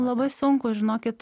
labai sunku žinokit